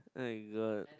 my god